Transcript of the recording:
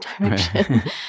direction